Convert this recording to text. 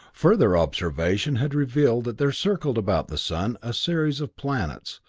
further observation had revealed that there circled about the sun a series of planets,